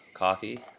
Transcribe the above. coffee